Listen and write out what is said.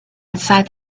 inside